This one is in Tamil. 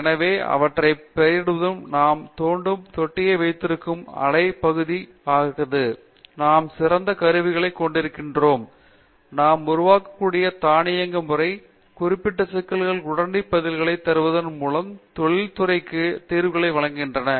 எனவே அவற்றைப் பெயரிடுவதற்கு நாம் தோண்டும் தொட்டியை வைத்திருக்கிறோம் அலை அடிப்பகுதி இருக்கிறது நாம் சிறந்த கருவிகளைக் கொண்டுள்ளோம் நாம் உருவாக்கக்கூடிய தானியங்குமுறை குறிப்பிட்ட சிக்கல்களுக்கு உடனடி பதில்களைத் தருவதன் மூலம் தொழில்முறைக்கு தீர்வுகளை வழங்குகின்றன